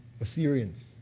Assyrians